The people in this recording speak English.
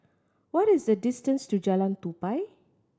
what is the distance to Jalan Tupai